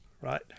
Right